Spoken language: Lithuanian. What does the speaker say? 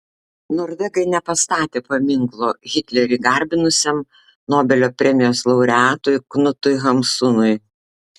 norvegai nepastatė paminklo hitlerį garbinusiam nobelio premijos laureatui knutui hamsunui